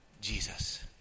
Jesus